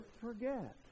forget